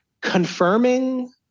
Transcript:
confirming